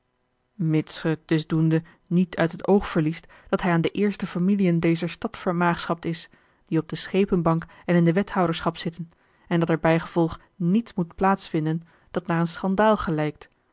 mits ge dus doende niet uit het oog verliest dat hij aan de eerste familiën dezer stad vermaagschapt is die op de schepenbank en in de wethouderschap zitten en dat er bijgevolg niets moet plaatsvinden dat naar een schandaal gelijkt